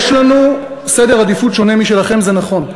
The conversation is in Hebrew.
יש לנו סדר עדיפות שונה משלכם, זה נכון.